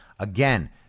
Again